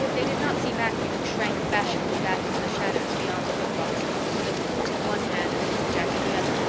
they did not see matthew, who shrank bashfully back into the shadows beyond the woodbox with a boot in one hand and a bootjack in the other,